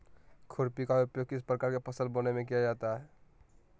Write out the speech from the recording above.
खुरपी का उपयोग किस प्रकार के फसल बोने में किया जाता है?